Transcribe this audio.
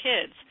kids